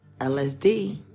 LSD